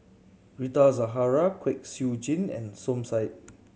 Rita Zahara Kwek Siew Jin and Som Said